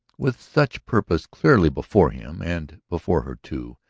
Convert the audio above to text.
with such purpose clearly before him. and before her, too,